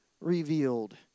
revealed